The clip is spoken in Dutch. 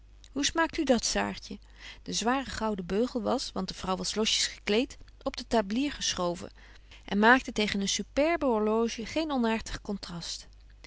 hoe smaakt u dat saartje de zware goude beugel was want de vrouw was losjes gekleedt op de tablier geschoven en maakte tegen een superbe orloge geen onäartig contrast